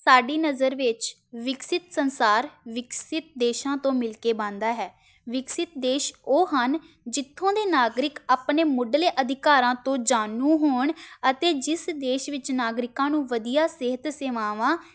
ਸਾਡੀ ਨਜ਼ਰ ਵਿੱਚ ਵਿਕਸਿਤ ਸੰਸਾਰ ਵਿਕਸਿਤ ਦੇਸ਼ਾਂ ਤੋਂ ਮਿਲ ਕੇ ਬਣਦਾ ਹੈ ਵਿਕਸਿਤ ਦੇਸ਼ ਉਹ ਹਨ ਜਿੱਥੋਂ ਦੇ ਨਾਗਰਿਕ ਆਪਣੇ ਮੁੱਢਲੇ ਅਧਿਕਾਰਾਂ ਤੋਂ ਜਾਣੂ ਹੋਣ ਅਤੇ ਜਿਸ ਦੇਸ਼ ਵਿੱਚ ਨਾਗਰਿਕਾਂ ਨੂੰ ਵਧੀਆ ਸਿਹਤ ਸੇਵਾਵਾਂ